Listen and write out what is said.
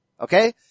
Okay